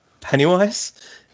Pennywise